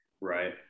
right